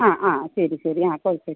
ആ ആ ശരി ശരി ആ